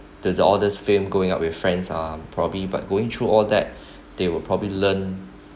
to all those films going out with friends uh probably but going through all that they will probably learn